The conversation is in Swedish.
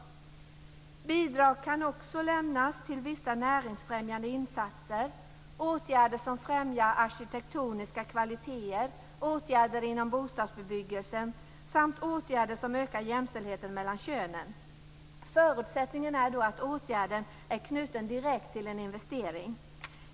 Bidrag kan också lämnas till vissa näringsfrämjande insatser, åtgärder som främjar arkitektoniska kvaliteter, åtgärder inom bostadsbebyggelsen samt åtgärder som ökar jämställdheten mellan könen. Förutsättningen är då att åtgärden är knuten direkt till en investering.